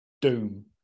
doom